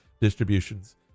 distributions